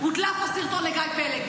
הודלף הסרטון לגיא פלג.